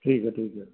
ਠੀਕ ਹੈ ਠੀਕ ਹੈ